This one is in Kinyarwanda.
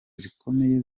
zikomeye